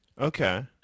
Okay